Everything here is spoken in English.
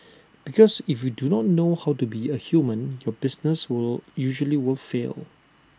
because if you do not know how to be A human your business usually will fail